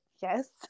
Yes